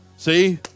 See